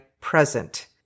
present